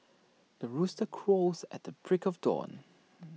the rooster crows at the break of dawn